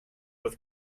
with